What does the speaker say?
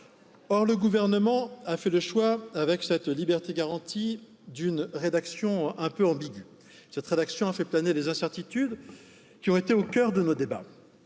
Or, le gouvernement a fait le choix, avec cette liberté garantie, d'une rédaction a fait planer les incertitudes qui ont été au cœur de nos débats.